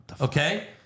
Okay